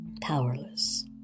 Powerless